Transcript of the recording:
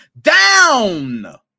down